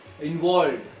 involved